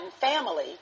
family